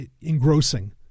engrossing